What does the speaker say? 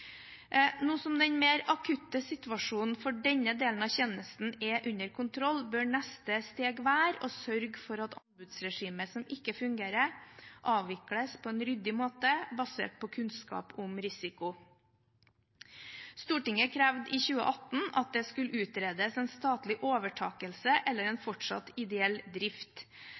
den mer akutte situasjonen for denne delen av tjenesten er under kontroll, bør neste steg være å sørge for at anbudsregimet, som ikke fungerer, avvikles på en ryddig måte basert på kunnskap om risiko. Stortinget krevde i 2018 at det skulle utredes en statlig overtakelse eller en fortsatt ideell drift.